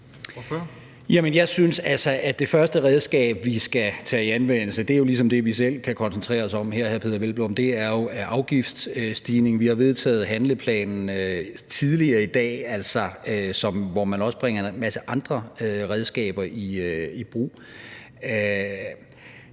jeg synes altså, at det første redskab, vi skal tage i anvendelse, ligesom er det, vi selv kan koncentrere os om her, hr. Peder Hvelplund. Det er jo afgiftsstigningen, og vi har vedtaget en handleplan tidligere i dag, hvor man også bringer en masse andre redskaber i brug,